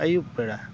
ᱟᱹᱭᱩᱵ ᱵᱮᱲᱟ